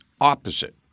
opposite